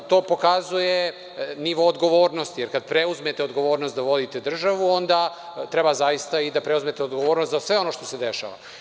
To pokazuje nivo odgovornosti, jer kad preuzmete odgovornost da vodite državu treba zaista i da preuzmete odgovornost za sve ono što se dešava.